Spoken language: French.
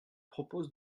propose